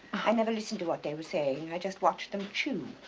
i never listened to what they were saying. i just watched them chew